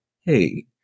hey